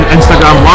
Instagram